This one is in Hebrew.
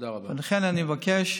לכן אני מבקש,